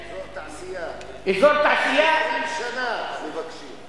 אזור תעשייה, 20 שנה אנחנו מבקשים.